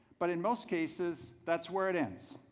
but in most cases that's where it ends,